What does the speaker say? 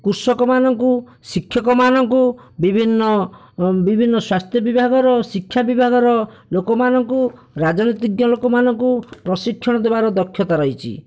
କୃଷକମାନଙ୍କୁ ଶିକ୍ଷକମାନଙ୍କୁ ବିଭିନ୍ନ ବିଭିନ୍ନ ସ୍ୱାସ୍ଥ୍ୟ ବିଭାଗର ଶିକ୍ଷା ବିଭାଗର ଲୋକମାନଙ୍କୁ ରାଜନୀତିଜ୍ଞ ଲୋକମାନଙ୍କୁ ପ୍ରଶିକ୍ଷଣ ଦେବାର ଦକ୍ଷତା ରହିଛି